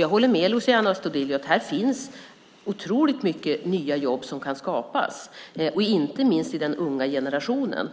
Jag håller med Luciano Astudillo om att det kan skapas otroligt många nya jobb, inte minst för den unga generationen.